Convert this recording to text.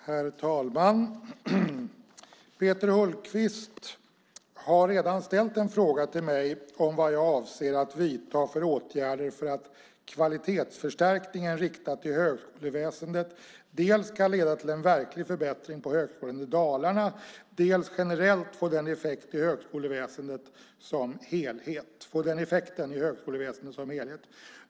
Herr talman! Peter Hultqvist har redan ställt en fråga till mig om vad jag avser att vidta för åtgärder för att kvalitetsförstärkningen riktad till högskoleväsendet dels ska leda till en verklig förbättring på Högskolan Dalarna, dels generellt få den effekten i högskoleväsendet som helhet.